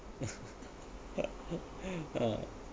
ah